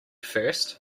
first